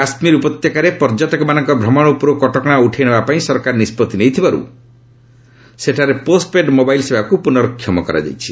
କାଶ୍ମୀର ଉପତ୍ୟକାରେ ପର୍ଯ୍ୟଟକମାନଙ୍କ ଭ୍ରମଣ ଉପରୁ କଟକଣା ଉଠାଇ ନେବା ପାଇଁ ସରକାର ନିଷ୍ପଭି ନେଇଥିବାରୁ ସେଠାରେ ପୋଷ୍ଟପେଡ୍ ମୋବାଇଲ୍ ସେବାକୁ ପୁର୍ନକ୍ଷମ କରାଯାଇଛି